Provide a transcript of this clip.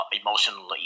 emotionally